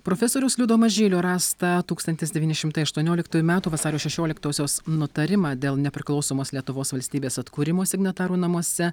profesoriaus liudo mažylio rastą tūkstantis devyni šimtai aštuonioliktųjų metų vasario šešioliktosios nutarimą dėl nepriklausomos lietuvos valstybės atkūrimo signatarų namuose